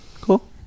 Cool